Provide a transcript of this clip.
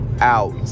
out